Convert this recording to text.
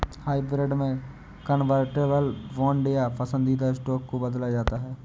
hybrid में convertible bond या पसंदीदा स्टॉक को बदला जाता है